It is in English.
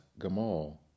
Gamal